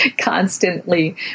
constantly